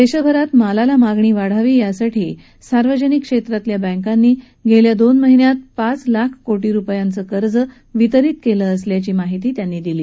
देशभरात मालाला मागणी वाढावी यासाठी सार्वजनिक क्षेत्रातल्या बँकांनी गेल्या दोन महिन्यात पाच लाख कोटी रुपयांचं कर्ज वितरित केलं आहे अशी माहिती त्यांनी दिली